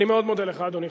אני מאוד מודה לך, אדוני.